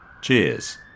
Cheers